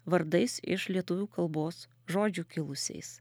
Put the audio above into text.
vardais iš lietuvių kalbos žodžių kilusiais